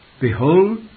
behold